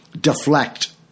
deflect